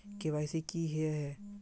KYC की हिये है?